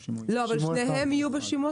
שניהם יהיו בשימוע?